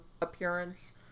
appearance